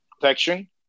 protection